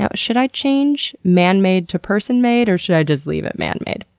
ah should i change manmade to person-made? or should i just leave it manmade?